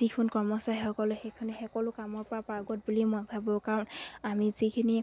যিখন কৰ্মচাৰীসকলে সেইখনে সকলো কামৰ পৰা পাৰ্গত বুলি মই ভাবোঁ কাৰণ আমি যিখিনি